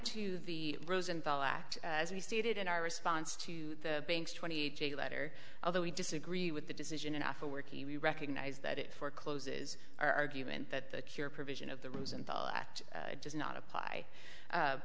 to the rosenthal act as we stated in our response to the bank's twenty a j letter although we disagree with the decision after working we recognize that it for closes argument that the cure provision of the rosenthal act does not apply